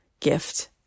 gift